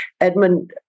Edmund